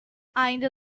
ainda